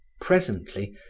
Presently